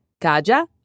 Kaja